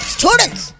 Students